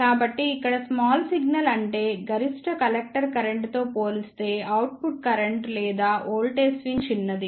కాబట్టి ఇక్కడ small signal అంటే గరిష్ట కలెక్టర్ కరెంట్తో పోలిస్తే అవుట్పుట్ కరెంట్ లేదా వోల్టేజ్ స్వింగ్ చిన్నది